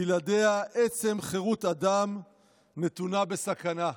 בלעדיה עצם חירות האדם נתונה בסכנה"